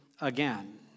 again